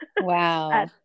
Wow